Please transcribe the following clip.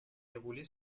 déroulée